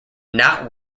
not